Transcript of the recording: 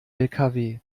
lkw